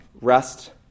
rest